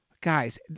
Guys